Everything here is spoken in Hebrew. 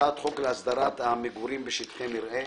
הצעת חוק להסדרת המגורים בשטחי מרעה.